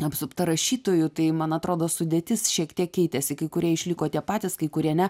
apsupta rašytojų tai man atrodo sudėtis šiek tiek keitėsi kai kurie išliko tie patys kai kurie ne